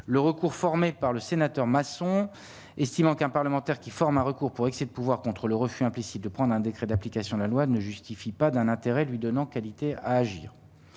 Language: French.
le recours formé par le sénateur Masson estimant qu'un parlementaire qui forme un recours pour excès de pouvoir contre le refus implicite de prendre un décret d'application de la loi ne justifie pas d'un intérêt lui donnant qualité à agir,